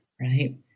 right